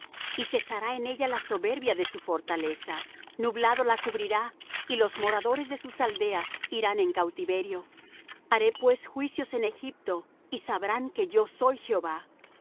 y cesará en ella la soberbia de su fortaleza nublado la cubrirá y los moradores de sus aldeas irán en cautiverio haré pues juicios en egipto y sabrán que yo soy jehová